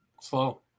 Slow